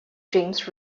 james